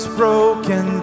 broken